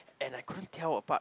and I couldn't tell apart